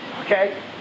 okay